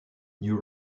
new